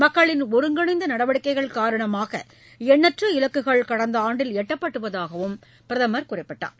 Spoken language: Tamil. மக்களின் ஒருங்கிணைந்த நடவடிக்கைகள் காரணமாக எண்ணற்ற இலக்குகள் கடந்த ஆண்டில் எட்டப்பட்டதாகவும் பிரதமர் குறிப்பிட்டார்